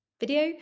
video